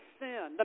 sin